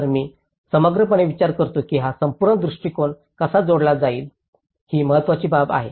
तर मी समग्रपणे विचार करतो की हा संपूर्ण दृष्टीकोन कसा जोडता येईल ही महत्त्वाची बाब आहे